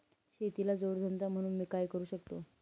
शेतीला जोड धंदा म्हणून मी काय करु शकतो?